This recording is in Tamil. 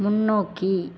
முன்னோக்கி